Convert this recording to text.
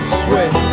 sweat